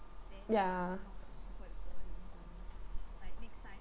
ya